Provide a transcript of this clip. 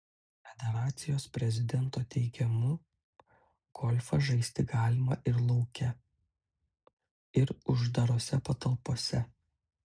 federacijos prezidento teigimu golfą žaisti galima ir lauke ir uždarose patalpose